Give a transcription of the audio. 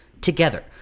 together